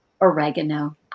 oregano